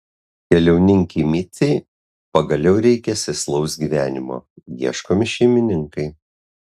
keliauninkei micei pagaliau reikia sėslaus gyvenimo ieškomi šeimininkai